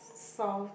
salt